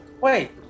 Wait